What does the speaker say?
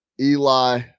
Eli